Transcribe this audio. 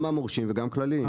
גם המורשים וגם כלליים.